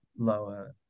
Lower